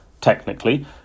technically